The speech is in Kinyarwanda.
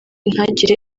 ntagire